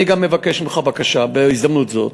אני גם מבקש ממך בקשה, בהזדמנות הזאת.